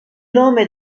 nome